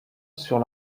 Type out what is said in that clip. sur